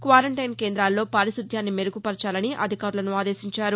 quarantine కేంద్రాల్లో పారిశుద్యాన్ని మెరుగు పరచాలని అధికారులను ఆదేశించారు